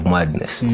Madness